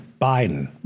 Biden